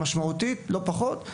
משמעותית לא פחות.